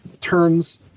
turns